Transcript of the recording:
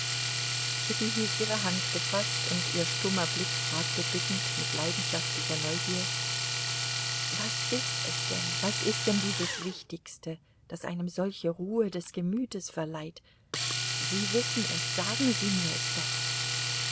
kitty hielt ihre hand gefaßt und ihr stummer blick fragte bittend mit leidenschaftlicher neugier was ist es denn was ist denn dieses wichtigste das einem solche ruhe des gemütes verleiht sie wissen es sagen sie mir es doch